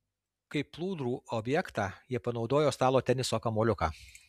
kaip plūdrų objektą jie panaudojo stalo teniso kamuoliuką